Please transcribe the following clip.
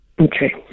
Okay